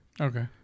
Okay